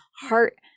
heart